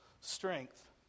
strength